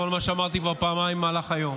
על מה שאמרתי כבר פעמיים במהלך היום.